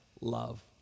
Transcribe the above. love